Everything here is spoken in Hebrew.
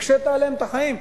הקשית עליהם את החיים.